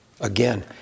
Again